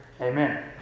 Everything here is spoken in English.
amen